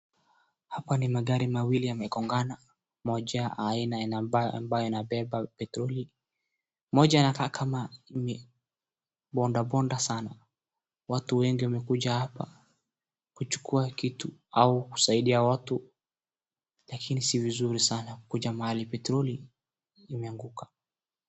Hapa ni magari mawili yamegongana moja aina ambaye inabeba petroli moja inakaa nikama imebondwa bondwa sana watu wengi wamekuja hapa kuchukua kitu au kusaidia watu lakini si vizuri kuja mahali petroli imeanguka